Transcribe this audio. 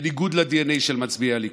בניגוד לדנ"א של מצביעי הליכוד,